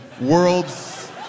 world's